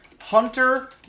Hunter